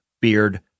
beard